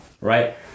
right